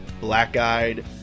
black-eyed